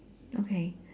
okay